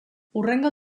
hurrengo